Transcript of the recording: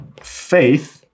faith